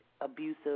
abusive